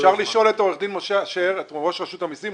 אפשר לשאול את עורך דין משה אשר שהיה ראש רשות המיסים.